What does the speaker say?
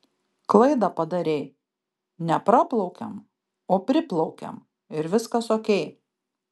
klaidą padarei ne praplaukiam o priplaukiam ir viskas okei